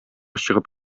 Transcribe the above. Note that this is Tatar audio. чыгып